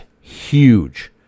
huge